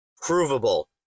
provable